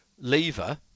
lever